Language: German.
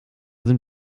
sind